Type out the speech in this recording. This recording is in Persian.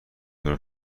دار